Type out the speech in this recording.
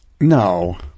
No